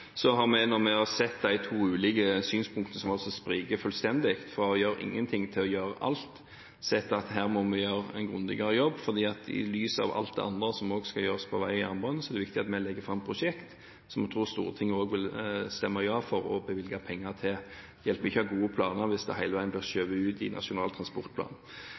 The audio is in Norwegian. Så har vi, når vi har sett på de to ulike synspunktene som altså spriker fullstendig – fra å gjøre ingenting til å gjøre alt – sett at her må vi gjøre en grundigere jobb, for i lys av alt det andre som også skal gjøres på vei og jernbane, er det viktig at vi legger fram prosjekter som vi tror Stortinget også vil stemme ja til og bevilge penger til. Det hjelper ikke å ha gode planer hvis de hele veien blir skjøvet ut i Nasjonal transportplan.